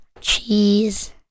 Cheese